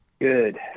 Good